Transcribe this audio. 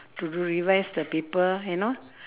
to revise the paper you know